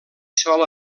sol